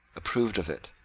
approved of it,